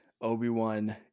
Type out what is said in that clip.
Obi-Wan